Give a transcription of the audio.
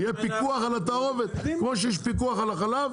יהיה פיקוח על התערובת כמו שיש פיקוח על החלב,